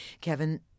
Kevin